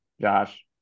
Josh